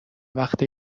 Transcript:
وقت